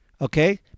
okay